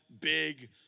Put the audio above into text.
big